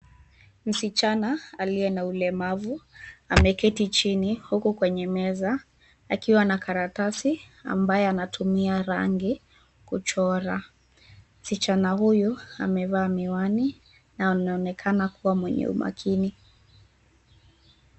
Msichana aliye na ulemavu ameketi chini huku kwenye meza akiwa ana karatasi ambayo anatumia rangi kuchora. Msichana huyu amevaa miwani na ameonekana kuwa mwenye umakini.